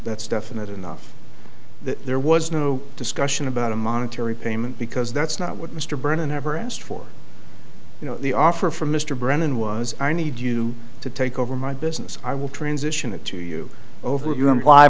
that's definite enough there was new discussion about a monetary payment because that's not what mr brennan ever asked for you know the offer from mr brennan was i need you to take over my business i will transition it to you over your impl